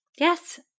Yes